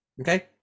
Okay